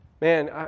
man